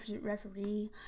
referee